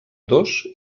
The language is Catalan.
dos